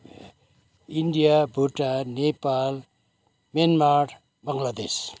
India Bhutan Nepal Myanmar Bangladesh